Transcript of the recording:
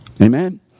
Amen